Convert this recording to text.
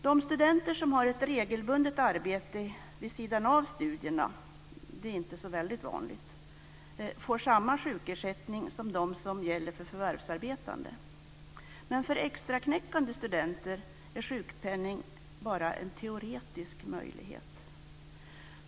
De studenter som har ett regelbundet arbete vid sidan av studierna - det är inte så väldigt vanligt - får samma sjukersättning som gäller för förvärvsarbetande. Men för extraknäckande studenter är sjukpenning bara en teoretisk möjlighet.